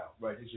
Right